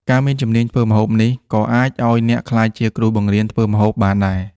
ការមានជំនាញធ្វើម្ហូបនេះក៏អាចឱ្យអ្នកក្លាយជាគ្រូបង្រៀនធ្វើម្ហូបបានដែរ។